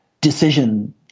decision